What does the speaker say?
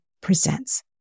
presents